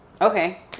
okay